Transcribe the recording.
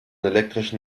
elektrischen